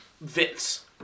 Vince